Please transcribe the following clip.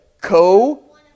co